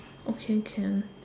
okay can